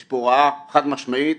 יש פה הוראה חד משמעית,